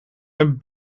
met